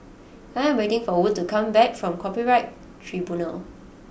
I am waiting for Wood to come back from Copyright Tribunal